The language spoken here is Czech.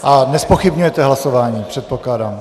A nezpochybňujete hlasování, předpokládám.